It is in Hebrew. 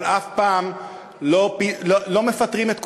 אבל אף פעם לא מפטרים את כולם.